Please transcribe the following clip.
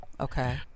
Okay